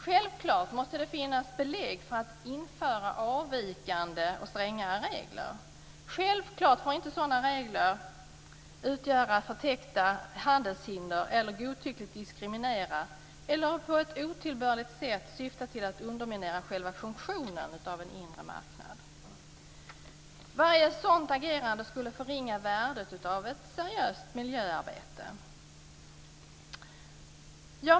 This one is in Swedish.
Självklart måste det finnas belägg för att införa avvikande och strängare regler. Självklart får sådana regler inte utgöra förtäckta handelshinder eller godtyckligt diskriminera eller på ett otillbörligt sätt syfta till att underminera själva funktionen av en inre marknad. Varje sådant agerande skulle förringa värdet av ett seriöst miljöarbete.